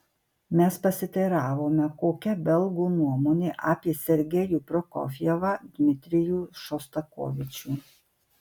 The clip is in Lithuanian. mes pasiteiravome kokia belgų nuomonė apie sergejų prokofjevą dmitrijų šostakovičių